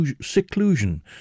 seclusion